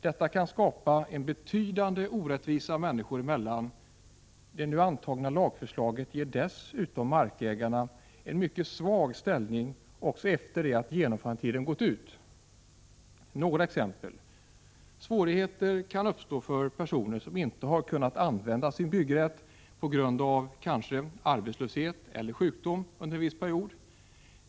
Detta kan skapa en betydande orättvisa människor emellan. Det nu antagna lagförslaget ger dessutom markägaren en mycket svag ställning också efter det att genomförandetiden gått ut. Några exempel: Svårigheter kan uppstå för personer som inte har kunnat använda sin byggrätt kanske på grund av arbetslöshet eller sjukdom under en viss period.